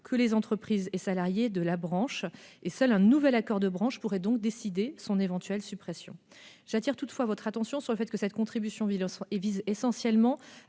les entreprises et les salariés de la branche ; seul un nouvel accord de branche pourrait donc décider de son éventuelle suppression. J'attire toutefois votre attention sur le fait que cette contribution vise essentiellement